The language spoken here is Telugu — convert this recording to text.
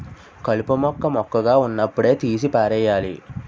కలుపు మొక్క మొక్కగా వున్నప్పుడే తీసి పారెయ్యాలి